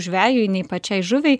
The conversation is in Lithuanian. žvejui nei pačiai žuviai